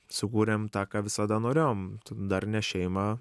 sukūrėm tą ką visada norėjom darnią šeimą